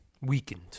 Weakened